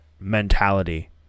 mentality